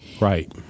Right